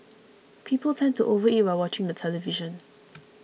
people tend to overeat while watching the television